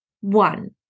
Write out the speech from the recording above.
One